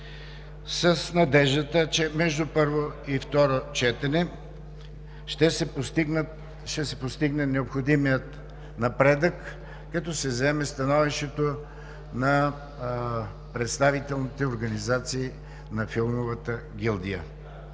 с надеждата, че между първо и второ четене ще се постигне необходимия напредък като се вземе становището на представителните организации на филмовата гилдия.